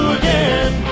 again